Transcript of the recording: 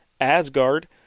Asgard